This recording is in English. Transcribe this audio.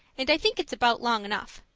and i think it's about long enough.